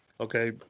Okay